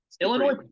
Illinois